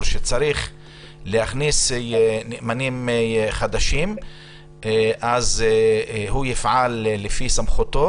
שצריך להכניס נאמנים חדשים אז הוא יפעל לפי סמכותו.